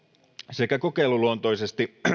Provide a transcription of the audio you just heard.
sekä kokeiluluontoisesti